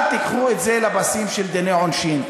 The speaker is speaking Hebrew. אל תיקחו את זה לפסים של דיני עונשין.